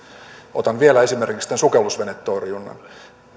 otan vielä esimerkiksi sukellusvenetorjunnan